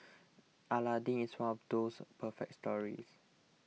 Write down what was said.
Aladdin is one of those perfect stories